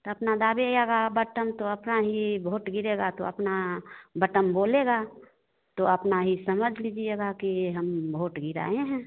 तो अपना दाबिएगा बटन तो अपना ही वोट गिरेगा तो अपना बटन बोलेगा तो अपना ही समझ लीजिएगा कि हम वोट गिराए हैं